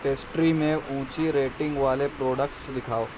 pastry میں اونچی rating والے پروڈکٹس دکھاؤ